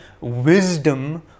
wisdom